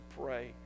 pray